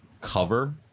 cover